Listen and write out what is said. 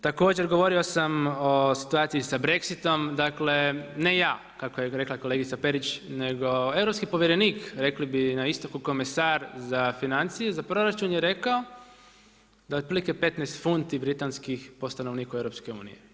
Također govorio sam o situaciji sa Brexitom, dakle ne ja kako je rekla kolegica Perić nego europski povjerenik, rekli bi na istoku komesar za financije za proračun je rekao da otprilike 15 funti britanskih po stanovniku EU.